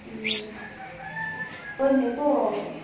ꯎꯝ ꯍꯣꯏꯅꯦꯀꯣ